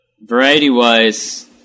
Variety-wise